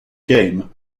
game